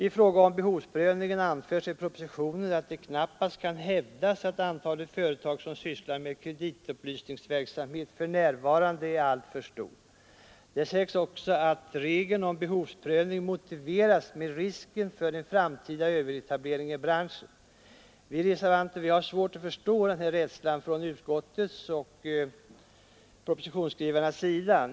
I fråga om behovsprövningen anförs i propositionen att det knappast kan hävdas att antalet företag som sysslar med kreditupplysningsverk samhet för närvarande är alltför stort. Det sägs också att regeln om behovsprövning motiveras med risken för en framtida överetablering inom branschen. Vi reservanter har svårt att förstå den här rädslan från utskottets och propositionsskrivarnas sida.